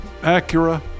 Acura